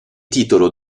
titolo